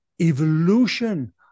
evolution